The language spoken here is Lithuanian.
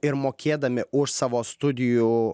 ir mokėdami už savo studijų